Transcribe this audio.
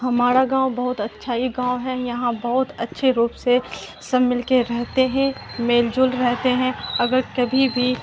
ہمارا گاؤں بہت اچھا ہی گاؤں ہے یہاں بہت اچھے روپ سے سب مل کے رہتے ہیں مل جل رہتے ہیں اگر کبھی بھی